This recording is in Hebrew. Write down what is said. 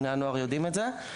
בני הנוער שכאן יודעים את זה,